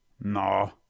No